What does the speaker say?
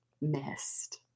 missed